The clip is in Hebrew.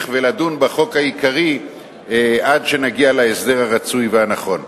לדון בחוק העיקרי עד שנגיע להסדר הרצוי והנכון.